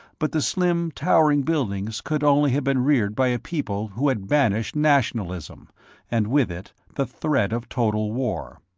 but the slim, towering buildings could only have been reared by a people who had banished nationalism and, with it, the threat of total war.